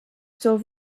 still